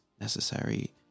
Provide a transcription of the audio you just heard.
necessary